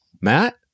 Matt